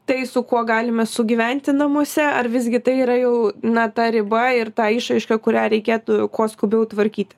tai su kuo galime sugyventi namuose ar visgi tai yra jau na ta riba ir ta išraiška kurią reikėtų kuo skubiau tvarkyti